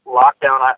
lockdown